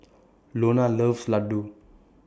Iona loves Ladoo